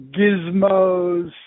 gizmos